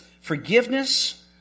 Forgiveness